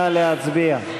נא להצביע.